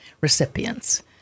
recipients